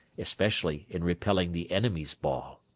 especially in repelling the enemy's ball.